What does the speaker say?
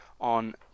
on